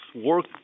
work